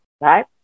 right